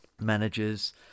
managers